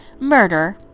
murder